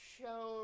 shown